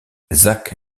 zach